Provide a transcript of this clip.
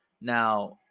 Now –